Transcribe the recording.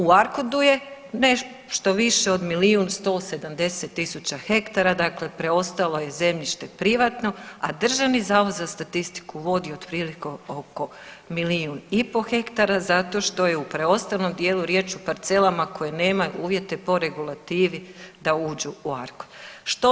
U ARKOD-u je nešto više od milijun 170 000 ha, dakle preostalo je zemljište privatno, a Državni zavod za statistiku vodi otprilike oko milijun i pol hektara zato što je u preostalom dijelu riječ o parcelama koje nemaju uvjete po regulativi da uđu u ARKOD.